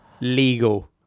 Legal